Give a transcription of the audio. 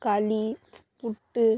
களி புட்டு